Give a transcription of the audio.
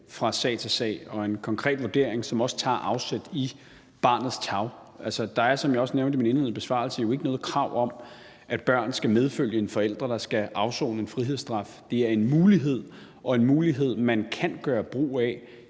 fra sag til sag og en konkret vurdering, som også tager afsæt i barnets tarv. Der er, som jeg også nævnte i min indledende besvarelse, jo ikke noget krav om, at børn skal medfølge en forælder, der skal afsone en frihedsstraf. Det er en mulighed og en mulighed, man kan gøre brug af